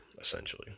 essentially